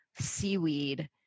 seaweed